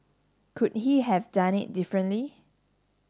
could he have done it differently